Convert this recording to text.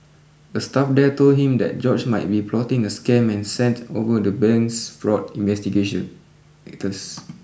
a staff there told him that George might be plotting a scam and sent over the bank's fraud investigation gators